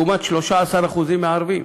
לעומת 13% מהערבים.